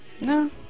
No